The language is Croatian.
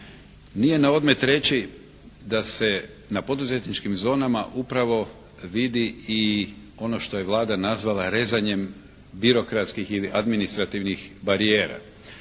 Nije naodmet reći da se na poduzetničkim zonama upravo vidi i ono što je Vlada nazvala rezanjem birokratskih ili administrativnih barijera.